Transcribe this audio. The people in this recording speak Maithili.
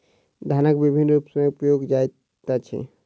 धनक विभिन्न रूप में उपयोग जाइत अछि